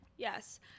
Yes